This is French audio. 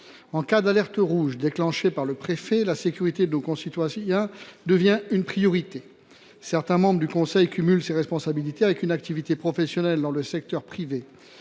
alerte rouge est déclenchée par le préfet, la sécurité de nos concitoyens devient une priorité. Certains membres du conseil municipal cumulent cependant leurs responsabilités avec une activité professionnelle dans le secteur privé.